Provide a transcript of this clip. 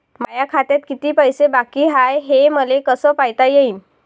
माया खात्यात किती पैसे बाकी हाय, हे मले कस पायता येईन?